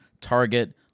Target